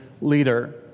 leader